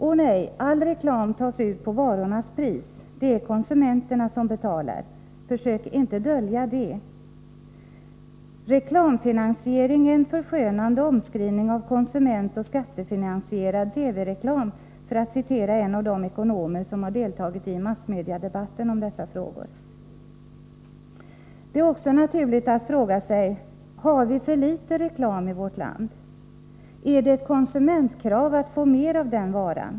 Ånej, all reklam tas ut på varornas pris — det är konsumenterna som betalar. Försök inte dölja det! ”Reklamfinansiering är en förskönande omskrivning av konsumentoch skattefinansierad TV-reklam”, för att citera en av de ekonomer som deltagit i massmediadebatten om dessa frågor. Det är också naturligt att fråga sig: Har vi för litet reklam i vårt land? Är det ett konsumentkrav att få mer av den varan?